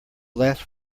last